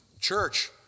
church